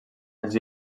els